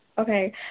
Okay